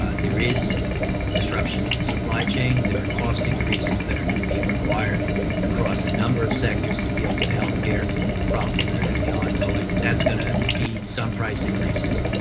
ah there is disruptions to supply chain there are cost increases that are going to be required across a number of sectors to deal with the health care problems that are going to be ongoing. that's going to feed some price increases.